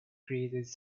created